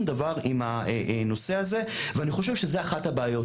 דבר עם הנושא הזה ואני חושב שזו אחת הבעיות,